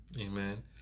Amen